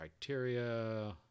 criteria